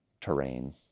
terrain